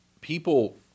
people